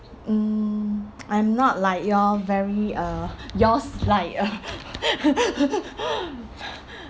mm I'm not like you all very uh yours like uh